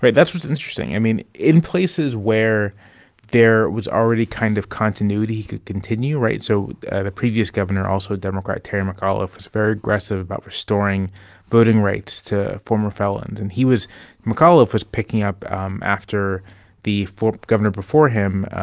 that's what's interesting. i mean, in places where there was already kind of continuity he could continue. right? so the previous governor, also a democrat, terry mcauliffe was very aggressive about restoring voting rights to former felons. and he was mcauliffe was picking up um after the governor before him,